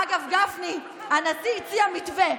אגב, גפני, הנשיא הציע מתווה.